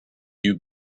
you